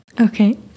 Okay